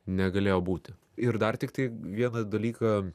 negalėjo būti ir dar tiktai vieną dalyką